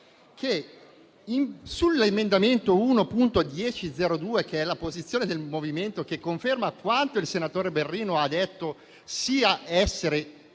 dell'emendamento 1.1002, che contiene la posizione del MoVimento, e che conferma quanto il senatore Berrino ha detto sia essere